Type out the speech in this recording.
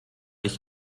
ich